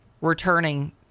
Returning